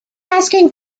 asking